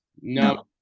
No